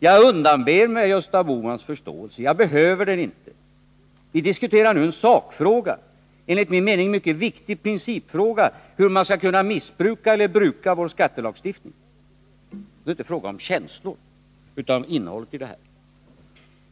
Jag undanber mig Gösta Bohmans förståelse. Jag behöver inte den. Vi diskuterar nu en sakfråga, en enligt min mening mycket viktig principfråga, nämligen hur man skall kunna missbruka eller bruka vår skattelagstiftning. Det är inte fråga om känslor utan om innehållet i detta.